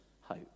hope